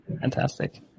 Fantastic